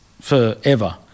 forever